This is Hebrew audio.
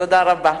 תודה רבה.